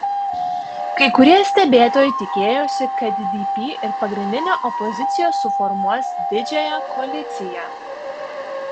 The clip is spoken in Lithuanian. kai kurie stebėtojai tikėjosi kad dp ir pagrindinė opozicija suformuos didžiąją koaliciją